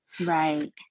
Right